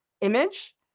image